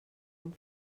amb